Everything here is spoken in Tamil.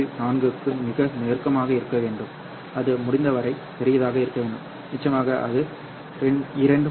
4 க்கு மிக நெருக்கமாக இருக்க வேண்டும் அது முடிந்தவரை பெரியதாக இருக்க வேண்டும் நிச்சயமாக அது 2